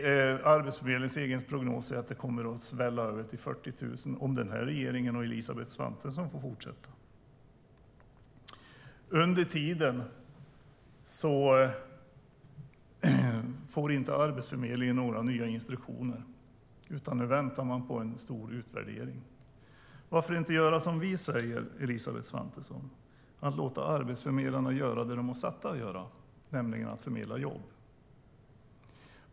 Arbetsförmedlingens egen prognos säger att det kommer att svälla över till 40 000 om regeringen och Elisabeth Svantesson får fortsätta. Under tiden får Arbetsförmedlingen inga nya instruktioner. Nu väntar man på en stor utvärdering. Varför inte göra som vi säger, Elisabeth Svantesson, nämligen låta arbetsförmedlarna göra det de är satta att göra: förmedla jobb?